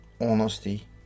honesty